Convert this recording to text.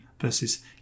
versus